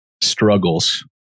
Struggles